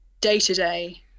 day-to-day